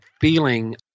feeling